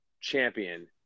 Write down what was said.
champion